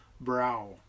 brow